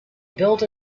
built